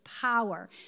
power